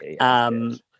Okay